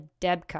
debka